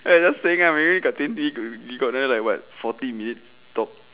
I'm just saying lah maybe got twenty girl you got another like [what] forty minutes to talk